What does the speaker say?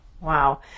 Wow